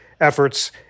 efforts